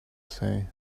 say